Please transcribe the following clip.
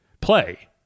play